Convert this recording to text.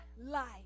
life